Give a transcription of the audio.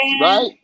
right